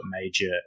major